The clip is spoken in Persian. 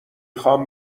خوام